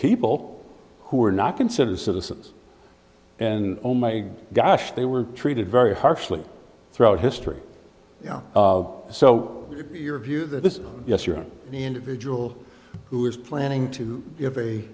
people who are not considered citizens and oh my gosh they were treated very harshly throughout history you know so your view that this yes you're the individual who is planning to